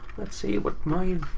let's see what my